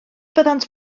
fyddant